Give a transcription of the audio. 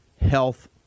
health